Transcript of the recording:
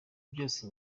byose